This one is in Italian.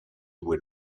due